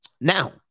Now